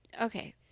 okay